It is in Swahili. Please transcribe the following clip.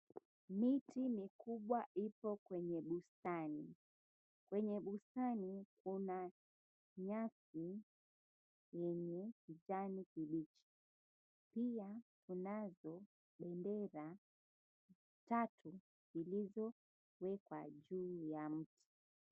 Miti mikubwa ipo kwenye bustani, kwenye bustani kuna nyasi yenye kijani kibichi, pia kunazo bendera tatu zilizowekwa juu ya mti.